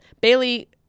bailey